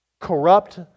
corrupt